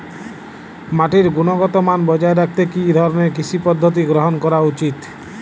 মাটির গুনগতমান বজায় রাখতে কি ধরনের কৃষি পদ্ধতি গ্রহন করা উচিৎ?